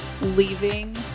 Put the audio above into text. leaving